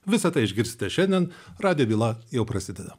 visa tai išgirsite šiandien radijo byla jau prasideda